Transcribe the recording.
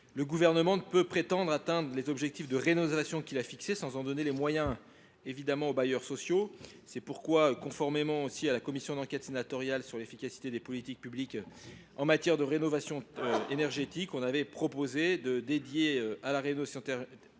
le Gouvernement ne peut prétendre atteindre les objectifs de rénovation qu’il a fixés sans en donner les moyens aux bailleurs sociaux. C’est pourquoi, conformément aux travaux de la commission d’enquête sénatoriale sur l’efficacité des politiques publiques en matière de rénovation énergétique, nous avons proposé d’allouer, dès 2024, 1,5 milliard